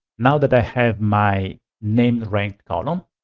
now that i have my name ranked column,